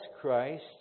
Christ